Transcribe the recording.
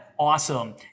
Awesome